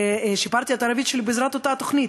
ושיפרתי את הערבית שלי בעזרת אותה תוכנית,